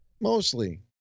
Mostly